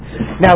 Now